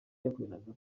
yakoreraga